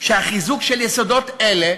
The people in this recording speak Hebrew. שהחיזוק של יסודות אלה